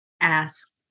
Ask